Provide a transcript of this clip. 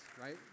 right